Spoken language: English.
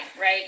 right